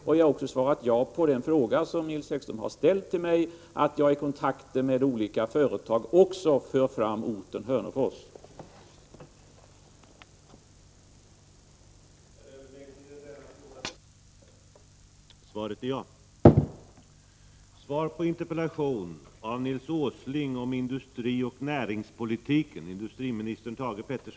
Jag här också svarat ja på den frågan Nils Häggström har ställt till mig, att jag vid kontakter med olika företag också fört fram orten Hörnefors.